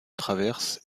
traverse